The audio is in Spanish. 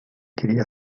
quería